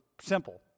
simple